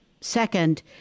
second